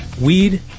weed